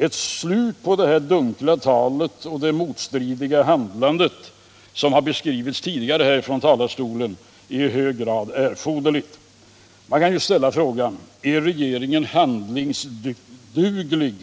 Ett slut på det här dunkla talet och det motstridiga handlande som har beskrivits tidigare från talarstolen är i hög grad erforderligt. Man kan ställa frågan: Är regeringen handlingsduglig när